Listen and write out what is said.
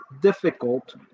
difficult